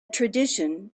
tradition